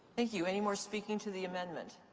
thank you. any more speaking to the amendment?